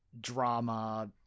drama